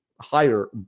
higher